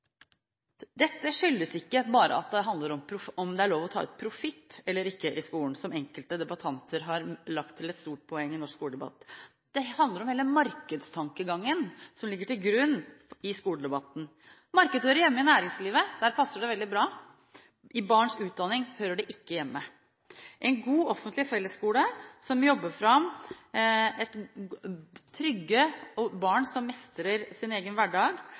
Dette handler ikke bare om hvorvidt det er lov til å ta ut profitt eller ikke i skolen – som enkelte debattanter har gjort til et stort poeng i norsk skoledebatt. Det handler om hele markedstankegangen som ligger til grunn i skoledebatten. Marked hører hjemme i næringslivet – der passer det veldig bra. I barns utdanning hører det ikke hjemme. En god, offentlig fellesskole som jobber fram trygge barn som mestrer sin egen hverdag,